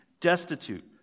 destitute